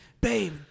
Babe